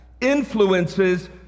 Influences